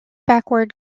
backward